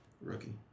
Rookie